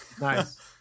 nice